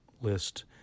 list